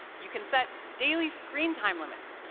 you can set daily screen time limits.